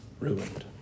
ruined